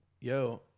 yo